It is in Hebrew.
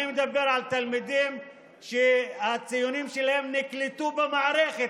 אני מדבר על תלמידים שהציונים שלהם נקלטו במערכת,